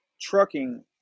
trucking